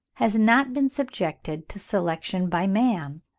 has not been subjected to selection by man,